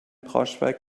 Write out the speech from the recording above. braunschweig